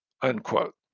unquote